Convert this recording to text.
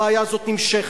הבעיה הזאת נמשכת.